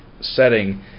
setting